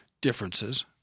differences